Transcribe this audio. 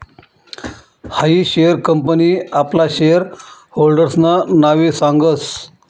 हायी share company आपला share होल्डर्सना नावे सांगस